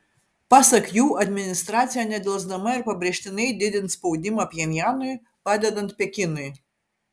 pasak jų administracija nedelsdama ir pabrėžtinai didins spaudimą pchenjanui padedant pekinui